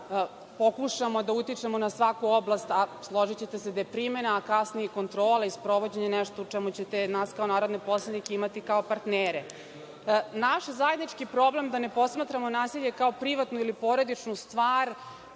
da pokušamo da utičemo na svaku oblast, a složićete se da je primena, a kasnije i kontrola i sprovođenje nešto u čemu ćete nas kao narodne poslanike imati kao partnere. Naš zajednički problem da ne posmatramo nasilje kao privatnu ili porodičnu stvar